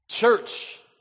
Church